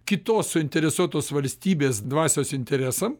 kitos suinteresuotos valstybės dvasios interesam